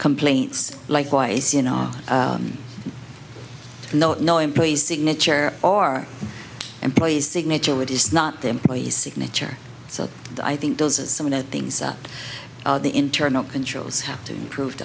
complaints likewise you know no no employees signature or employees signature it is not the employee's signature so i think those are some of the things that the internal controls have to improve